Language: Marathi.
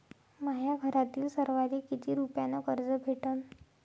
माह्या घरातील सर्वाले किती रुप्यान कर्ज भेटन?